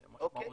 זה משמעותי.